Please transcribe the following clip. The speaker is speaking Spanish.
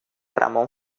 ramón